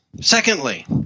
Secondly